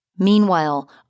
Meanwhile